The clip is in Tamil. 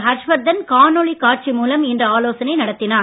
ஹர்ஷ்வர்தன் காணொளி காட்சி மூலம் இன்று ஆலோசனை நடத்தினார்